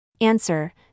Answer